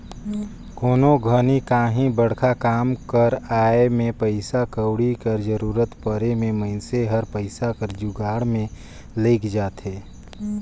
कोनो घनी काहीं बड़खा काम कर आए में पइसा कउड़ी कर जरूरत परे में मइनसे हर पइसा कर जुगाड़ में लइग जाथे